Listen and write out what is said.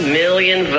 million